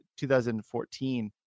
2014